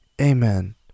amen